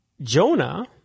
Jonah